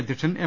അധ്യക്ഷൻ എം